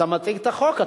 אתה מציג את החוק,